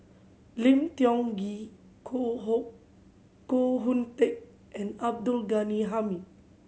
Lim Tiong Ghee Koh Hoh Koh Hoon Teck and Abdul Ghani Hamid